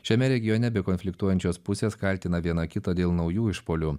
šiame regione abi konfliktuojančios pusės kaltina viena kitą dėl naujų išpuolių